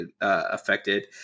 affected